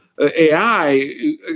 AI